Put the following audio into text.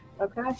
Okay